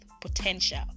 potential